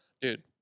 Dude